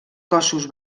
cossos